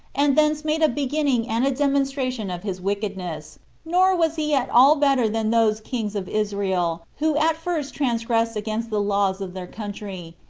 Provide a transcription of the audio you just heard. and thence made a beginning and a demonstration of his wickedness nor was he at all better than those kings of israel who at first transgressed against the laws of their country,